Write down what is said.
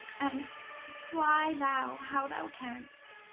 and flye thou how thou canst,